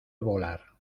volar